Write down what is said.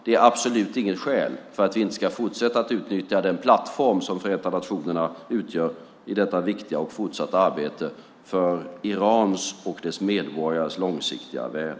Det är absolut inget skäl för att vi inte ska fortsätta att utnyttja den plattform som Förenta nationerna utgör i detta viktiga och fortsatta arbete för Irans medborgares långsiktiga väl.